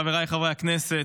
חבריי חברי הכנסת,